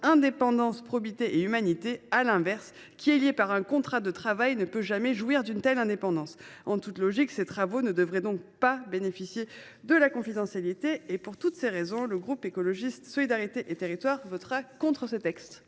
indépendance, probité et humanité. » À l’inverse, qui est lié par un contrat de travail ne saurait jouir d’une telle indépendance. En toute logique, les travaux dont il s’agit ne devraient donc pas bénéficier de la confidentialité. Pour toutes ces raisons, les membres du groupe Écologiste – Solidarité et Territoires voteront contre ce texte.